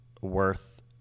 worth